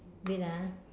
wait ah